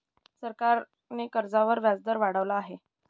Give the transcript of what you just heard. सरकारने कर्जावर व्याजदर वाढवला आहे